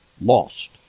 lost